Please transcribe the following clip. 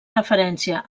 referència